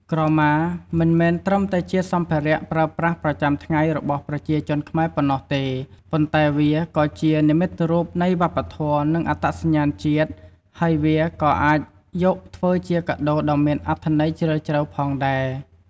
ក្រមា មិនមែនត្រឹមតែជាសម្ភារៈប្រើប្រាស់ប្រចាំថ្ងៃរបស់ប្រជាជនខ្មែរប៉ុណ្ណោះទេ ប៉ុន្តែវាក៏ជា និមិត្តរូបនៃវប្បធម៌ និងអត្តសញ្ញាណជាតិ ហើយវាក៏អាចយកធ្វើជាកាដូដ៏មានអត្ថន័យជ្រាលជ្រៅផងដែរ។